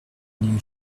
new